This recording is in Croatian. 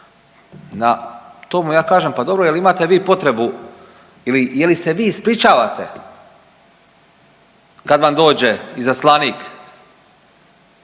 na to mu ja kažem, pa dobro je li imate vi potrebu ili je li se vi ispričavate kad vam dođe izaslanik